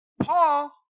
Paul